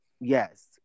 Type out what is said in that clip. Yes